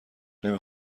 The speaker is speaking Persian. نمی